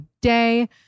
day